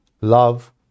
love